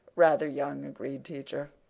rather young, agreed teacher.